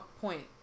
point